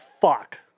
fuck